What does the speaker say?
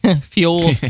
fuel